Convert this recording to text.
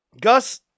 Gus